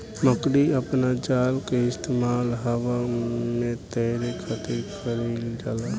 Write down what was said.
मकड़ी अपना जाल के इस्तेमाल हवा में तैरे खातिर कईल जाला